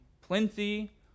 plenty